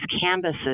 canvases